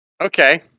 Okay